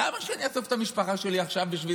למה שאני אעזוב את המשפחה שלי עכשיו בשביל